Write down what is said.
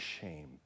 shame